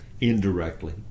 indirectly